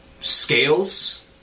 scales